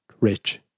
Rich